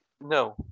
No